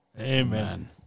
Amen